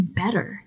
better